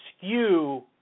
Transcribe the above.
skew